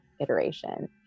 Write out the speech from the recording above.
iteration